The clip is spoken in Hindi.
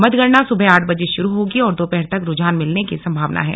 मतगणना सुबह आठ बजे शुरू होगी और दोपहर तक रूझान मिलने की संभावना है